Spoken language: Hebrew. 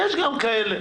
יש גם כאלה.